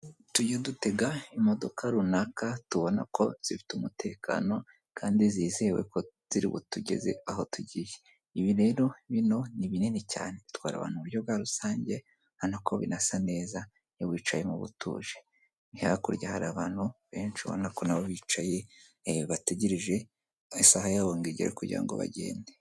Tujye dutega imodoka runaka tubona ko zifite umutekano kandi zizewe ko ziri bu tugeze aho tugiye, ibi rero, bino ni binini cyane, bitwara abantu buryo bwa rusange, ubona ko binasa neza, iyo wicayemo uba utuje, hakurya hari abantu benshi, ubona ko nabo bicaye bategereje isaha yabo ngo igere kugira ngo bagende.